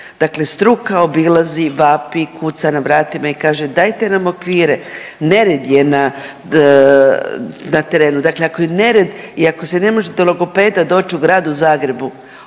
Dakle, struka obilazi, vapi, kuca na vratima i kaže dajte nam okvire, nered je na, na terenu. Dakle, ako je nered i ako se ne može do logopeda doći u Gradu Zagrebu